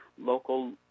local